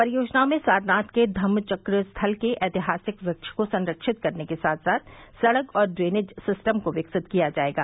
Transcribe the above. परियोजनाओं में सारनाथ के धम्मचक्र स्थल के ऐतिहासिक वृक्ष को संरक्षित करने के साथ साथ सड़क और ड्रेनेज सिस्टम को विकसित किया जायेगा